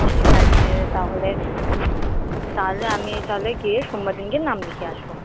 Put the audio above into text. ঠিক আছে তাহলে তাহলে আমি তাহলে গিয়ে সোমবার দিন গিয়ে নাম লিখিয়ে আসবো